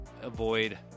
avoid